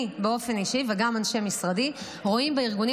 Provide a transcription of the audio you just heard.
אני באופן אישי וגם אנשי משרדי רואים בארגונים